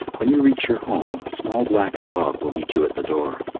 when you reach your home, a small black dog will meet you at the door.